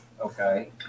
okay